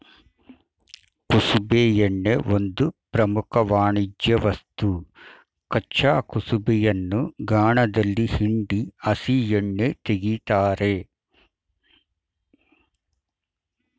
ಕುಸುಬೆ ಎಣ್ಣೆ ಒಂದು ಪ್ರಮುಖ ವಾಣಿಜ್ಯವಸ್ತು ಕಚ್ಚಾ ಕುಸುಬೆಯನ್ನು ಗಾಣದಲ್ಲಿ ಹಿಂಡಿ ಹಸಿ ಎಣ್ಣೆ ತೆಗಿತಾರೆ